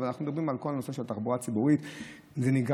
אבל אנחנו מדברים על כל נושא התחבורה הציבורית.